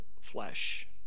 flesh